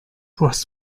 was